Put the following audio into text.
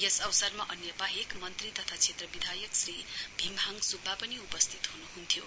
यस अवसरमा अन्य वाहेक मन्त्री तथा क्षेत्र विधायक श्री भीमहाङ सुब्बा पनि उपस्थित हुनुहुन्थ्यो